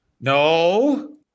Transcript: No